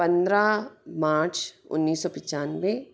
पंद्रह मार्च उन्नीस सौ पिचानवे